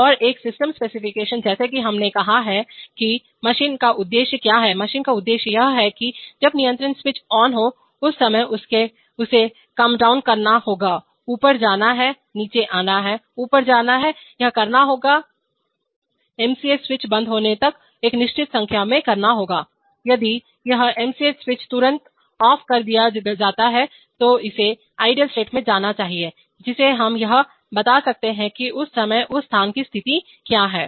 और एक system specification जैसा कि हमने कहा कि मशीन का उद्देश्य क्या है मशीन का उद्देश्य यह है कि जब नियंत्रण स्विच ऑन हो उस समय इसे कम डाउन करना होगा ऊपर जाना है नीचे आना है ऊपर जाना है यह करना होगा एमसीएस स्विच बंद होने तक एक निश्चित संख्या में करना होगा यदि यह एमसीएस स्विच तुरंत ऑफ कर दिया जाता है तो इसे आइडल स्टेट में जाना चाहिए जिसे हम यह बता सकते हैं कि उस समय उस स्थान की स्थिति क्या है